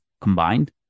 combined